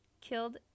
killed